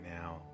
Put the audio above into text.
now